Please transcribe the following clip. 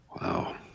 Wow